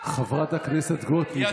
חברת הכנסת גוטליב,